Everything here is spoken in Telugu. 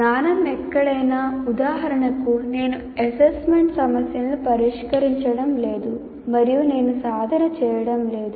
జ్ఞానం ఎక్కడైనా ఉదాహరణకు నేను అసైన్మెంట్ సమస్యలను పరిష్కరించడం లేదు మరియు నేను సాధన చేయడం లేదు